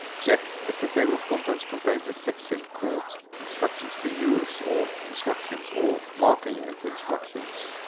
check if the table of contents contains a section called instructions for use, or instructions, or marking and instructions.